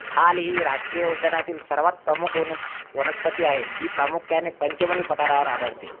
साल ही राष्ट्रीय उद्यानातील सर्वात प्रमुख वनस वनस्पती आहे जी प्रामुख्याने पंचमणी पठारावर आढळते